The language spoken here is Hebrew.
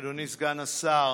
אדוני סגן השר,